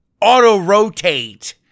auto-rotate